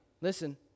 Listen